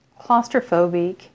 claustrophobic